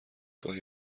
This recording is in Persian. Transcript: گاهی